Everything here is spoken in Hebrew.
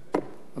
אדוני היושב-ראש,